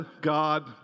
God